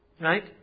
Right